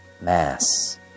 Mass